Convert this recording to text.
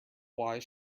wise